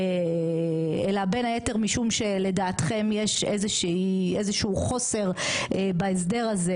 אלא בין היתר משום שלדעתם יש איזושהי איזשהו חוסר בהסדר הזה